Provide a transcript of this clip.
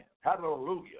hallelujah